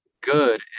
good